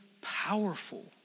powerful